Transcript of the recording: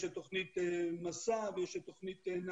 יש את תוכנית 'מסע' ויש את תוכנית נעל"ה,